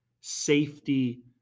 safety